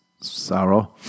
sorrow